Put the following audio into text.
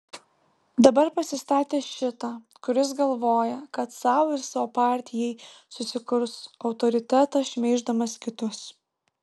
dabar pasistatė šitą kuris galvoja kad sau ir savo partijai susikurs autoritetą šmeiždamas kitus